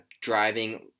driving